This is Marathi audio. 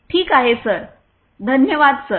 ठीक आहे सर धन्यवाद सर